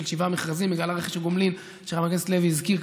שבעה מכרזים בגלל רכש הגומלין שחבר הכנסת לוי הזכיר,